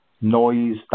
noise